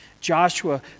Joshua